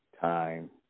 time